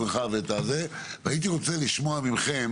הייתי רוצה לשמוע מכם